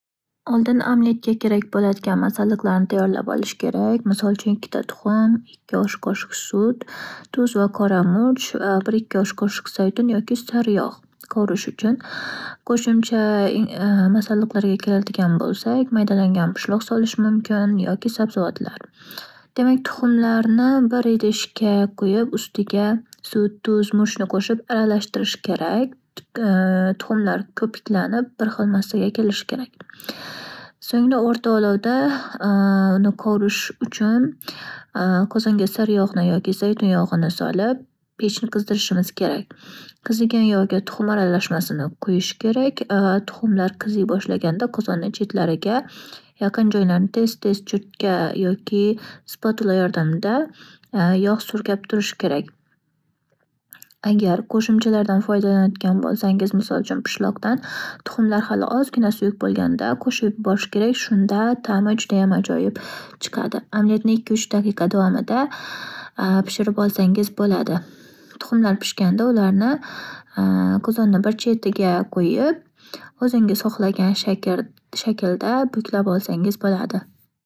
Kartoshkani pishirishni xar xil yo'li bor. Misol uchun, qaynatib pishirsak bo'ladi. Buning uchun, uch to'rtta kartoshkani artmasdan suvga solib, qaynatishimiz kerak bo'ladi .Qaynagandan keyin esa, o'zi yumshoq bo'lib qoladi va po'stini archib tashlab uni yanchib, pyure qilib yesak bo'ladi. Bundan tashqari, uni qovurib yesak bo'ladi. Po'stini archib, yaxshilab yuvib, doirasimon to'g'rab, keyin yog'da qovurib olib yesak bo'ladi